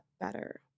better